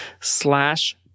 slash